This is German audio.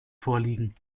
vorliegen